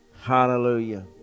Hallelujah